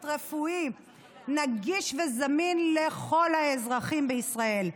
רפואי נגיש וזמין לכל האזרחים בישראל.